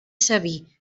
sabí